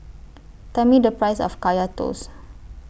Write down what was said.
Tell Me The Price of Kaya Toast